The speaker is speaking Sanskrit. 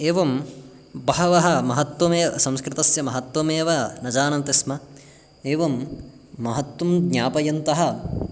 एवं बहवः महत्वमेव संस्कृतस्य महत्वमेव न जानन्ति स्म एवं महत्वं ज्ञापयन्तः